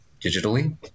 digitally